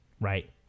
Right